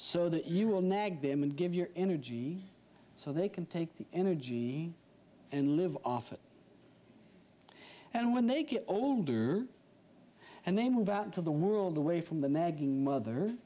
so that you will nag them and give your energy so they can take the energy and live off it and when they get older and they move out into the world away from the nagging mother